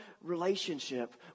relationship